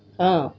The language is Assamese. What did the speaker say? অঁ